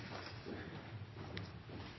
Store